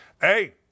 Hey